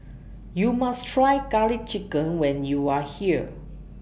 YOU must Try Garlic Chicken when YOU Are here